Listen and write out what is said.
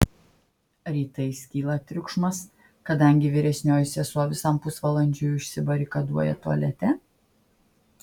rytais kyla triukšmas kadangi vyresnioji sesuo visam pusvalandžiui užsibarikaduoja tualete